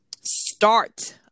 start